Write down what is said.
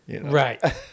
Right